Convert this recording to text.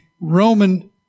Roman